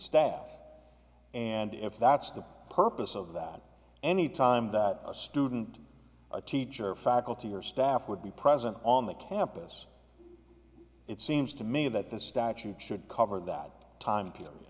staff and if that's the purpose of that any time that a student a teacher faculty or staff would be present on the campus it seems to me that the statute should cover that time period